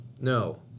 No